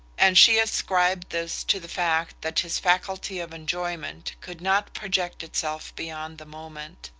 and she ascribed this to the fact that his faculty of enjoyment could not project itself beyond the moment.